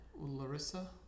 Larissa